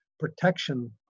Protection